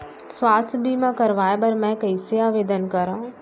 स्वास्थ्य बीमा करवाय बर मैं कइसे आवेदन करव?